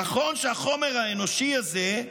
"נכון שהחומר האנושי הזה"